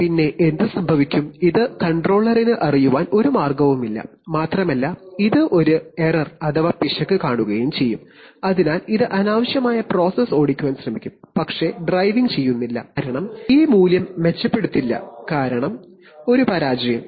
പിന്നെ എന്ത് സംഭവിക്കും ഇത് കൺട്രോളറിന് അറിയാൻ ഒരു മാർഗവുമില്ല മാത്രമല്ല ഇത് ഒരു പിശക് കാണുകയും ചെയ്യും അതിനാൽ ഇത് അനാവശ്യമായി പ്രോസസ്സ് ഓടിക്കാൻ ശ്രമിക്കും പക്ഷേ ഡ്രൈവിംഗ് ചെയ്യില്ല കാരണം സെൻസർ പരാജയം മൂലമുള്ള കണ്ട്രോൾ ആണ്